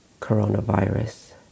coronavirus